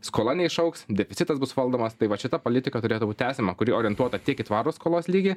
skola neišaugs deficitas bus valdomas tai vat šita politika turėtų būt tęsiama kuri orientuota tiek į tvarų skolos lygį